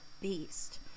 beast